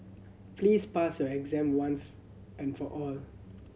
please pass your exam once and for all